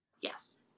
Yes